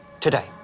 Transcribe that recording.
today